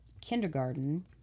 kindergarten